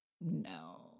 no